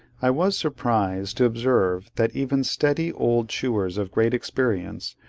i was surprised to observe that even steady old chewers of great experience,